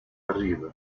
arrivent